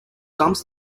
dumps